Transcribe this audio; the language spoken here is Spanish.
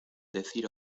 decir